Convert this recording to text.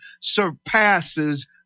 surpasses